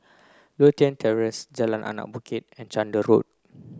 Lothian Terrace Jalan Anak Bukit and Chander Road